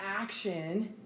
action